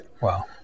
Wow